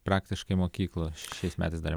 praktiškai mokyklų šiais metais dar